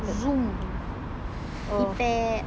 இப்ப எல்லாம்:ippa ellam jim தான்:thaan